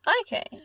Okay